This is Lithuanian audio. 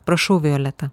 prašau violeta